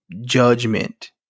judgment